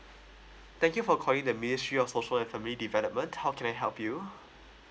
thank you for calling the ministry of social and family development how can I help you